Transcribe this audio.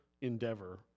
endeavor